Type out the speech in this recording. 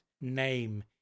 name